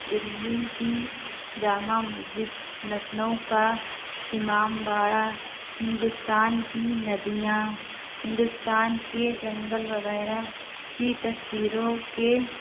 دلی کی جامع مسجد لکھنؤ کا امام باڑہ ہندوستان کی ندیاں ہندوستان کے جنگل وغیرہ کی تصویروں کے